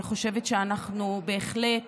אני חושבת שאנחנו בהחלט